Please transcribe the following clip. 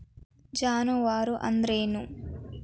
ಜಾನುವಾರು ಅಂದ್ರೇನು?